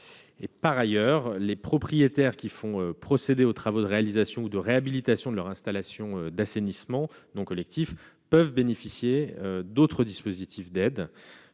Par ailleurs, les propriétaires qui font procéder aux travaux de réalisation ou de réhabilitation de leurs équipements d'assainissement non collectif peuvent bénéficier d'autres aides.